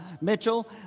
Mitchell